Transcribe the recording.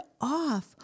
off